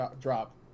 drop